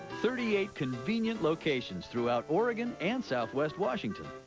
thirty eight convenient locations throughout oregon and southwest washington.